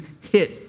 hit